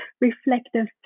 reflective